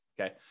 okay